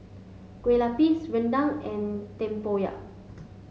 Kue Lupis Rendang and Tempoyak